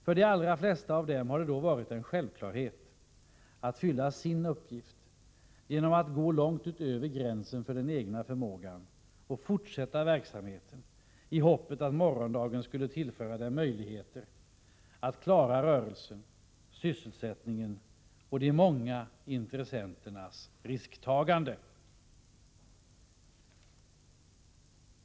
För de allra flesta av dem har det varit en självklarhet att fylla sin samhällsuppgift genom att, långt utöver gränsen för den egna förmågan, fortsätta verksamheten i hoppet att morgondagen skulle tillföra dem möjligheter att klara rörelsen och därmed sysselsättningen och de många intressenternas risktagande.